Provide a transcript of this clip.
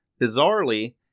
Bizarrely